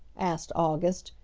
asked august,